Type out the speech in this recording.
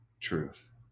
truth